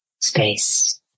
space